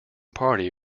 party